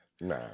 nah